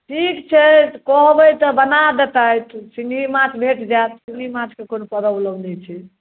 ठीक छै कहबै तऽ बना देतथि सिन्घी माछ भेट जायत सिन्घी माछके कोनो प्रॉब्लम नहि छै